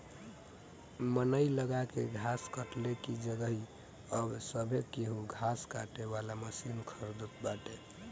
मनई लगा के घास कटले की जगही अब सभे केहू घास काटे वाला मशीन खरीदत बाटे